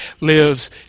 lives